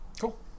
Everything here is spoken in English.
Cool